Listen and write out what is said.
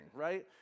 right